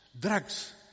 drugs